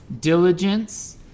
diligence